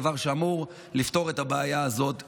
דבר שאמור לפתור את הבעיה הזאת בבסיסה.